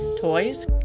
toys